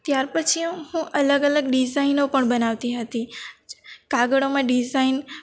ત્યારપછી હું અલગ અલગ ડિઝાઈનો પણ બનાવતી હતી કાગળોમાં ડિઝાઈન